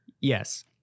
Yes